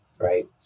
right